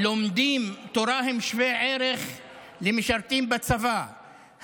שלומדים תורה הם שווי ערך למשרתים בצבא,